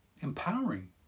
empowering